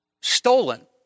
stolen